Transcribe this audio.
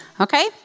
okay